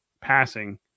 passing